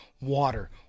water